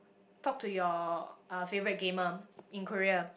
talk to your uh favourite gamer in Korea